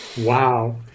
Wow